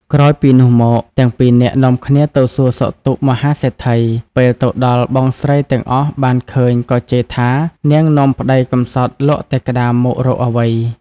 ក្រោយពីនោះមកទាំងពីរនាក់នាំគ្នាទៅសួរសុខទុក្ខមហាសេដ្ឋី ពេលទៅដល់បងស្រីទាំងអស់បានឃើញក៏ជេរថានាងនាំប្ដីកម្សត់លក់តែក្ដាមមករកអ្វី។